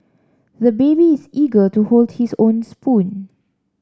the baby is eager to hold his own spoon